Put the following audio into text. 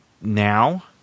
now